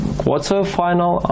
quarter-final